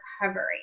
recovery